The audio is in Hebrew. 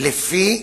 לפי